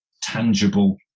tangible